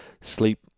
sleep